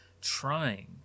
trying